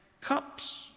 cups